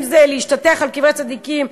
אם זה להשתטח על קברי צדיקים,